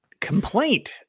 complaint